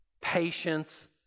patience